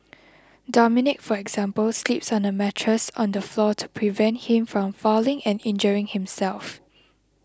Dominic for example sleeps on a mattress on the floor to prevent him from falling and injuring himself